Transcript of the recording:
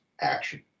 action